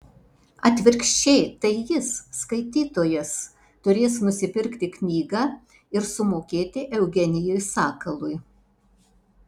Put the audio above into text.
atvirkščiai tai jis skaitytojas turės nusipirkti knygą ir sumokėti eugenijui sakalui